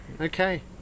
Okay